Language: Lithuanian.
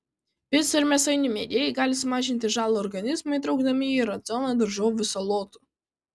picų ir mėsainių mėgėjai gali sumažinti žalą organizmui įtraukdami į racioną daržovių salotų